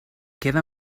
queda